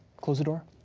close the door.